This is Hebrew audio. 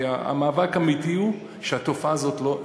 המאבק האמיתי הוא שהתופעה הזאת לא,